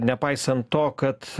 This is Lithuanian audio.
nepaisant to kad